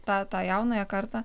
tą tą jaunąją kartą